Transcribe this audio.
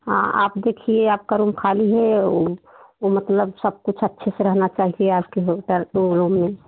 हाँ आप देखिए आपका रूम खाली है उ उ मतलब सब कुछ अच्छे से रहना चाहिए आपके होटल वो रूम में